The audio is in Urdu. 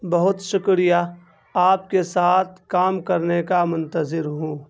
بہت شکریہ آپ کے ساتھ کام کرنے کا منتظر ہوں